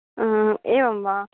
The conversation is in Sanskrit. एवं वा